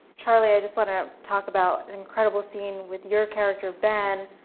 charlie, i just wanna talk about an incredible scene with your character, ben,